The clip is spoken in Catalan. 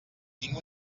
tinc